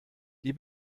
die